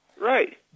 right